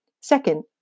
Second